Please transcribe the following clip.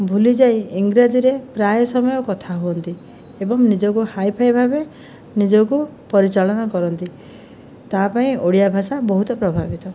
ଭୁଲିଯାଇ ଇଂରାଜୀରେ ପ୍ରାୟ ସମୟ କଥା ହୁଅନ୍ତି ଏବଂ ନିଜକୁ ହାଇଫାଇ ଭାବେ ନିଜକୁ ପରିଚାଳନା କରନ୍ତି ତା' ପାଇଁ ଓଡ଼ିଆ ଭାଷା ବହୁତ ପ୍ରଭାବିତ